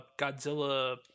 Godzilla